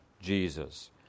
Jesus